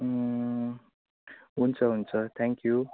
हुन्छ हुन्छ थ्याङ्क्यु